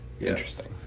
interesting